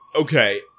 Okay